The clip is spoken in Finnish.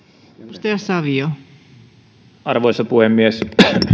arvoisa puhemies